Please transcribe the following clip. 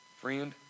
Friend